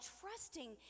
trusting